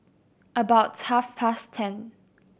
about half past ten